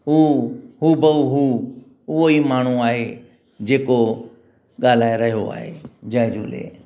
हू हूबहू उहोई माण्हू आहे जेको ॻाल्हाए रहियो आहे जय झूले